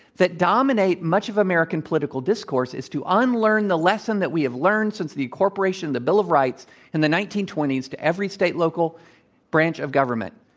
that dominate much of american political discourse, is to unlearn the lesson that we have learned since the incorporation of the bill of rights in the nineteen twenty s to every state, local branch of government,